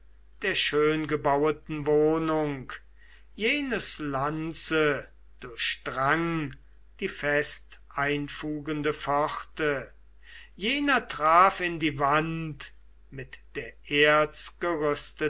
der schöngebaueten wohnung jenes lanze durchdrang die festeinfugende pforte jener traf in die wand mit der